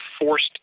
forced